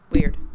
weird